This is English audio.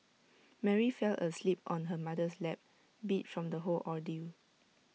Mary fell asleep on her mother's lap beat from the whole ordeal